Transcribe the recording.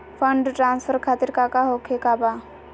Fund transfer खातिर काका होखे का बा?